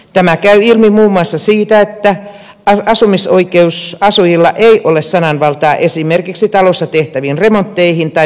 tämä käy ilmi muun muassa siitä että asumisoikeusasujilla ei ole sananvaltaa esimerkiksi talossa tehtäviin remontteihin tai vuokrankorotuksiin